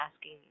asking